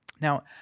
Now